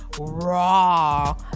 raw